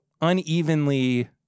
unevenly